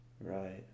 Right